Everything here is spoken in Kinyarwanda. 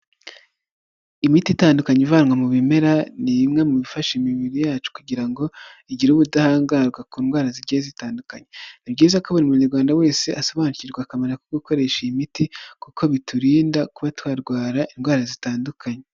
Imiti itandukanye ivanwa mu bimera ni imwe mu bifasha imibiri yacu kugira ngo igire ubudahangarwa ku ndwara zigiye zitandukanye, ni byiza ko buri munyarwanda wese asobanukirwa akamaro ko gukoresha iyi miti kuko biturinda kuba twarwara indwara zitandukanye.